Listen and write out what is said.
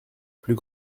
plus